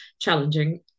challenging